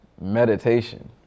meditation